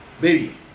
Baby